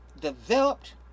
developed